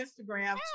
Instagram